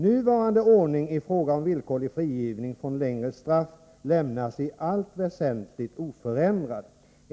Nuvarande ordning i fråga om villkorlig frigivning från längre straff lämnas i allt väsentligt oförändrad.